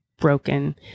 broken